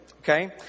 Okay